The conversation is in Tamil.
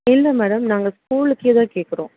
இல்லை மேடம் நாங்கள் ஸ்கூலுக்கே தான் கேட்குறோம்